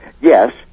Yes